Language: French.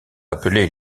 appelés